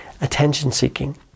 attention-seeking